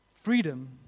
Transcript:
Freedom